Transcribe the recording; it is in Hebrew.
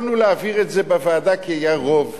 יכולנו להעביר את זה בוועדה כי היה רוב,